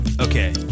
Okay